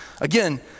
Again